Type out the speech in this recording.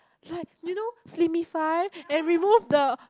like you know slimicide and remove the